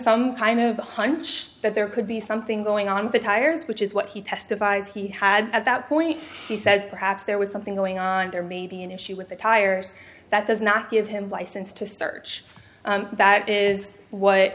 some kind of a hunch that there could be something going on the tires which is what he testified he had at that point he says perhaps there was something going on there maybe an issue with the tires that does not give him license to search that is what